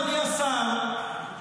אדוני השר,